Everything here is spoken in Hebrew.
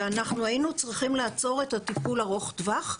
ואנחנו היינו צריכים לעצור את הטיפול ארוך הטווח,